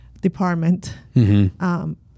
department